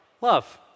love